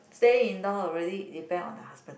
stay in law already depend on the husband